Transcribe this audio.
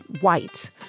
white